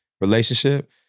relationship